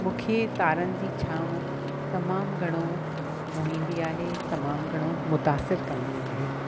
मूंखे तारनि जी छांव तमामु घणो मोहींदी आहे तमामु घणो मुतासिर कंदी आहे